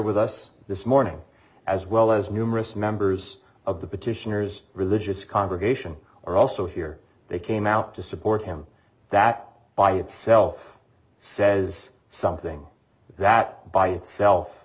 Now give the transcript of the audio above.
with us this morning as well as numerous members of the petitioners religious congregation or also here they came out to support him that by itself says something that by itself